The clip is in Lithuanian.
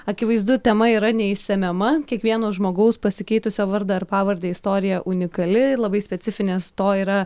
akivaizdu tema yra neišsemiama kiekvieno žmogaus pasikeitusio vardą ar pavardę istorija unikali labai specifinės to yra